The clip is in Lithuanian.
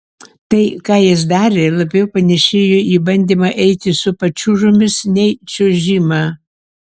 tai ką jis darė labiau panėšėjo į bandymą eiti su pačiūžomis nei čiuožimą